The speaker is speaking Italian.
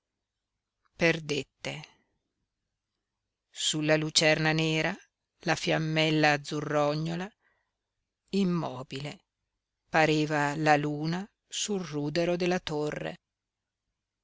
perdette sulla lucerna nera la fiammella azzurrognola immobile pareva la luna sul rudero della torre